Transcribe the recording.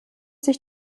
sich